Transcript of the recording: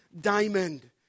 diamond